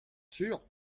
sûr